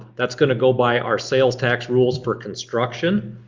that's going to go by our sales tax rules for construction.